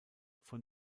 von